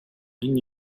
энэ